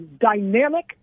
dynamic